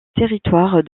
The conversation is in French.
territoire